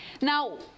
Now